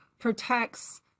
protects